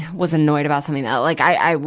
was annoyed about something else. like i,